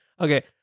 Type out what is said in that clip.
Okay